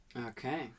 Okay